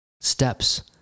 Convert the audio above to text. steps